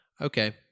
okay